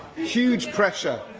huge pressure,